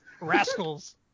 rascals